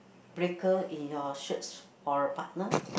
breaker in your search for a partner